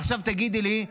עכשיו תגידי לי,